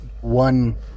one